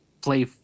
play